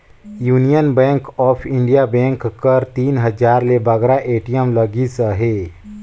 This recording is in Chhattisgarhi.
union Bank of India bank कर तीन हजार ले बगरा ए.टी.एम लगिस अहे